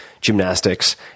gymnastics